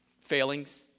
failings